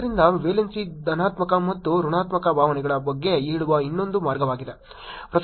ಆದ್ದರಿಂದ ವೇಲೆನ್ಸಿ ಧನಾತ್ಮಕ ಮತ್ತು ಋಣಾತ್ಮಕ ಭಾವನೆಗಳ ಬಗ್ಗೆ ಹೇಳುವ ಇನ್ನೊಂದು ಮಾರ್ಗವಾಗಿದೆ